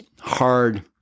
hard